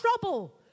trouble